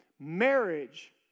Marriage